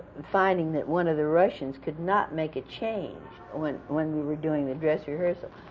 finding that one of the russians could not make a change when when we were doing the dress rehearsal.